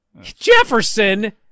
Jefferson